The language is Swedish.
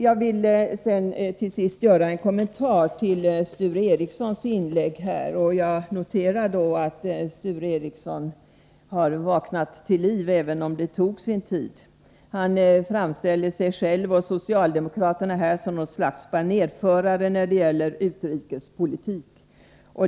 Till sist vill jag göra en kommentar till Sture Ericsons inlägg. Jag noterar att Sture Ericson har vaknat till liv, även om det tog sin tid. Han framställer sig själv och socialdemokraterna som något slags banérförare när det gäller utrikespolitik.